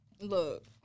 look